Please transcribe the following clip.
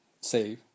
say